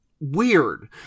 weird